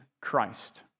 Christ